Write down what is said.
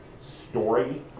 story